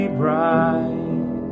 bright